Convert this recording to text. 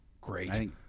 Great